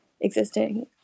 existing